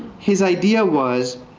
his idea was,